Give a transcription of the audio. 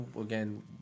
again